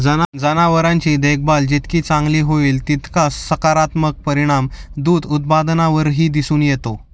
जनावरांची देखभाल जितकी चांगली होईल, तितका सकारात्मक परिणाम दूध उत्पादनावरही दिसून येतो